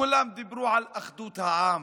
כולם דיברו על אחדות העם,